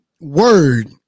word